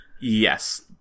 yes